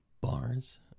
bars